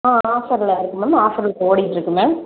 ஆ ஆஃபரில் இருக்கு ma'am offer இப்போ ஓடிக்கிட்டு இருக்கு மேம்